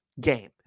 game